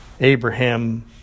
Abraham